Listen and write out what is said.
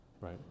right